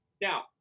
Now